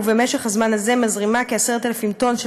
ובמשך הזמן הזה היא מזרימה כ-10,000 טון של